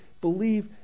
believe